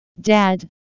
Dad